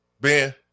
Ben